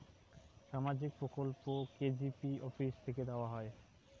সামাজিক প্রকল্প কি জি.পি অফিস থেকে দেওয়া হয়?